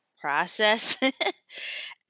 process